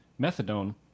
methadone